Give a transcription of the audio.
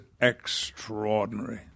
extraordinary